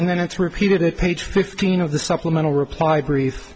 and then it's repeated page fifteen of the supplemental reply brief